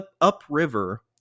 upriver